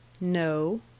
No